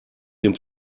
dem